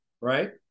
right